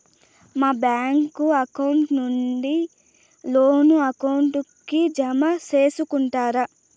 మా bank account నుండి loan account కి జామ సేసుకుంటారా?